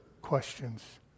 questions